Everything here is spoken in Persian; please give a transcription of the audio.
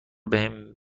بهم